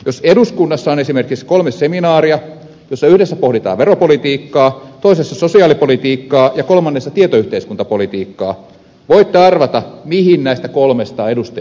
jos eduskunnassa on esimerkiksi kolme seminaaria jossa yhdessä pohditaan veropolitiikkaa toisessa sosiaalipolitiikkaa ja kolmannessa tietoyhteiskuntapolitiikkaa voitte arvata mihin näistä kolmesta edustajat menevät